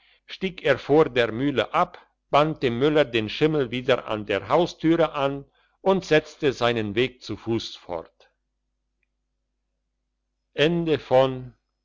stieg er vor der mühle ab band dem müller den schimmel wieder an der haustüre an und setzte seinen weg zu fuss fort